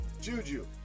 Juju